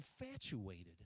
infatuated